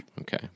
Okay